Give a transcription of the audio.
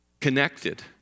connected